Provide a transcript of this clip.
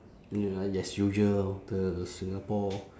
ya as usual orh the singapore